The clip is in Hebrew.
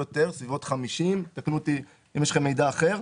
בסביבות 50. תקנו אותי אם יש לכם מידע אחר.